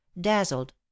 dazzled